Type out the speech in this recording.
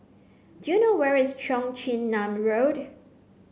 do you know where is Cheong Chin Nam Road